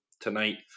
tonight